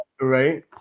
Right